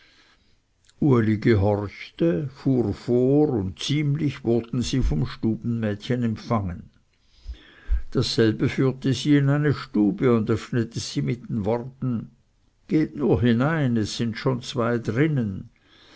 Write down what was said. gehorchte fuhr vor und ziemlich wurden sie vom stubenmädchen empfangen dasselbe führte sie in eine stube und öffnete sie mit den worten geht nur hinein es sind schon zwei drinnen